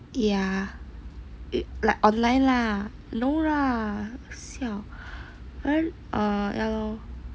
ya it like online lah no lah siao err err ya lor